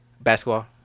Basketball